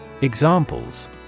Examples